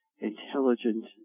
intelligent